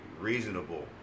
reasonable